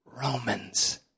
Romans